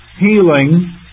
healing